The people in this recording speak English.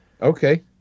Okay